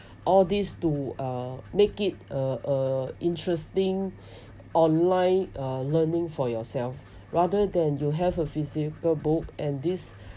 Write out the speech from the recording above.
all these to uh make it a a interesting online uh learning for yourself rather than you have a physical book and this